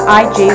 ig